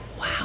Wow